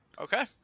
Okay